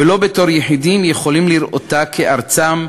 ולא בתור יחידים, יכולים לראותה כארצם,